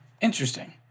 Interesting